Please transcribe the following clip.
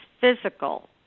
physical